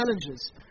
challenges